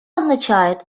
означает